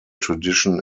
tradition